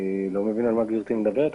איני מבין על מה גבירתי מדברת.